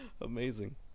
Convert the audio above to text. amazing